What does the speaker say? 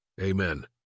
Amen